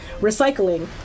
recycling